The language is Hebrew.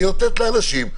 זה יאותת לנשים.